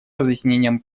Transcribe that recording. разъяснением